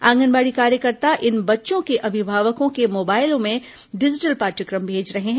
आंगनबाड़ी कार्यकर्ता इन बच्चों के अभिभावकों के मोबाइलों में डिजिटल पाठ्यक्रम भेज रहे हैं